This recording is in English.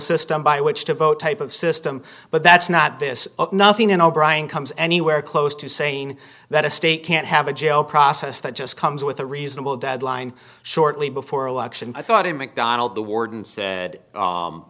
system by which to vote type of system but that's not this nothing in o'brien comes anywhere close to saying that a state can't have a jail process that just comes with a reasonable deadline shortly before election i thought in mcdonald the warden said